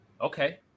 Okay